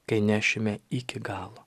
kai nešime iki galo